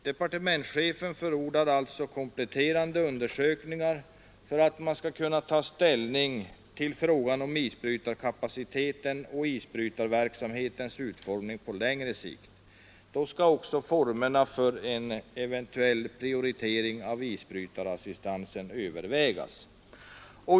Departementschefen förordar alltså kompletterande undersökningar för att man skall kunna ta ställning till frågan om isbrytarkapacitetens och isbrytarverksamhetens utformning på längre sikt. Då skall också formerna för en eventuell prioritering av isbrytarassistansen övervägas.